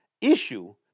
issue